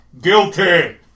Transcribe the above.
Guilty